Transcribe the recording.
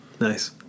nice